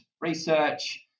research